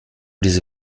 diese